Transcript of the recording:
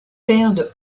perdent